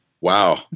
Wow